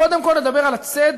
קודם כול לדבר על הצדק,